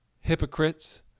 hypocrites